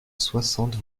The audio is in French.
soixante